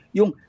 Yung